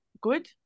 Good